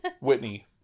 Whitney